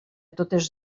totes